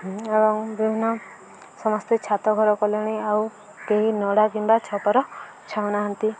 ଏବଂ ବିଭିନ୍ନ ସମସ୍ତେ ଛାତ ଘର କଲେଣି ଆଉ କେହି ନଡ଼ା କିମ୍ବା ଛପର ଛାଉନାହାନ୍ତି